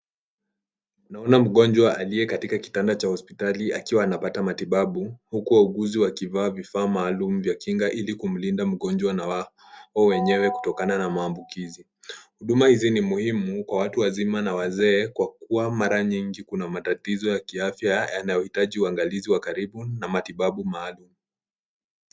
Naona mgonjwa aliye katika kitanda cha hospitali akiwa anapata matibabu, huku wauguzi wakivaa vifaa maalum vya kinga, ili kumlinda mgonjwa na wao wenyewe kutokana na maambukizi. Huduma hizi ni muhimu kwa watu wazima na wazee, kwa kuwa mara nyingi kuna matatizo ya kiafya, yanayohitaji uangalizi wa karibu na matibabu maalum.